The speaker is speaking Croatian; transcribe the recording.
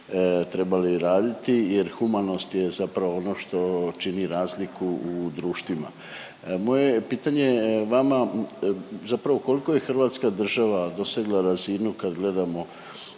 trebali raditi jer humanost je zapravo ono što čini razliku u društvima. Moje je pitanje vama zapravo koliko je hrvatska država dosegla razinu kad gledamo,